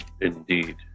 indeed